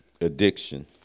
addiction